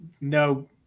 no